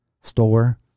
store